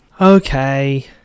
Okay